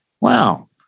Wow